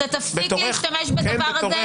אתה תפסיק להשתמש בזה?